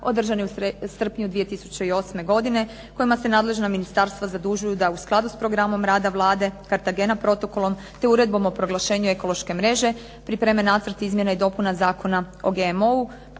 održanom u srpnju 2008. godine kojima se nadležna ministarstva zadužuju da u skladu s programom rada Vlade, Kartagena protokolom te uredbom o proglašenju ekološke mreže pripreme nacrt izmjene i dopuna Zakona o GMO-u